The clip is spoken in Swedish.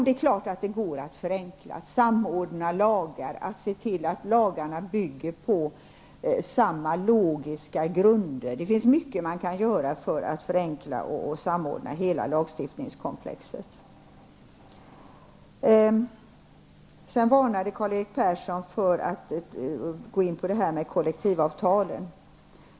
Det är klart att det går att förenkla, att samordna lagar, att se till att lagarna bygger på samma logiska grunder. Det finns mycket som man kan göra för att förenkla och samordna hela lagstiftningskomplexet. Sedan varnade Karl-Erik Persson för att gå in på detta med kollektivavtalen.